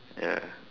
ya